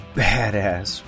badass